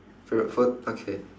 favourite food okay